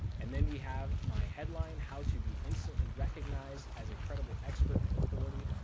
and then we have my headline, how to be instantly recognised as a credible expert and authority,